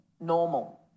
normal